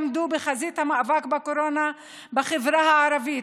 עמדו בחזית המאבק בקורונה בחברה הערבית,